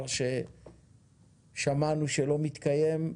דבר ששמענו שלא מתקיים,